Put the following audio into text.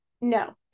no